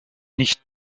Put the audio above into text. nicht